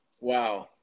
Wow